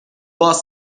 باز